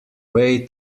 way